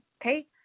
okay